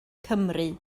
cymru